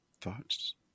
thoughts